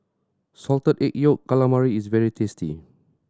Salted Egg Yolk Calamari is very tasty